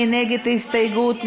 מי נגד ההסתייגות?